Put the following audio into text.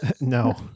No